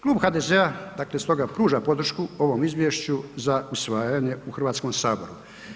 Klub HDZ-a dakle stoga pruža podršku ovom izvješću za usvajanje u Hrvatskom saboru.